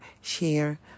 share